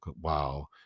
wow